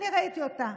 אני ראיתי אותה,